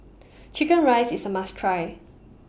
Chicken Rice IS A must Try